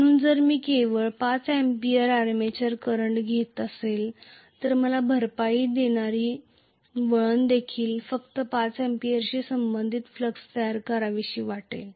म्हणून जर माझ्याकडे फक्त 5 अँपिअर आर्मेचर करंट असेल तर कॉम्पेन्सेटिंग विंडींग देखील फक्त 5 अँपिअरशी संबंधित फ्लक्स तयार करू इच्छित आहे